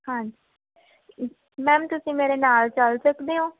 ਹਾਂ ਮੈਮ ਤੁਸੀਂ ਮੇਰੇ ਨਾਲ ਚੱਲ ਸਕਦੇ ਹੋ